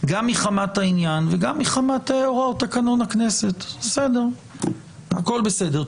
העניין וגם מחמת הוראות תקנון הכנסת, הכול בסדר.